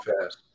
fast